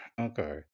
okay